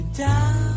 down